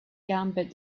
gambit